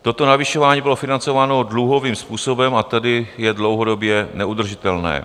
Toto navyšování bylo financováno dluhovým způsobem, a tedy je dlouhodobě neudržitelné.